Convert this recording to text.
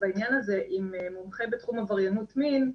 בעניין הזה עם מומחה בתחום עבריינות מין,